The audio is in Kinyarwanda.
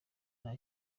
nta